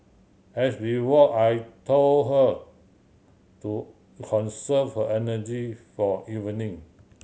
as we walk I told her to conserve her energy for evening